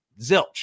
zilch